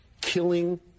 killing